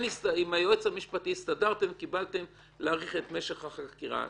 עם היועץ המשפטי הסתדרתם וקיבלתם להאריך את משך החקירה.